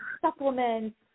supplements